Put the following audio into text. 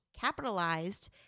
capitalized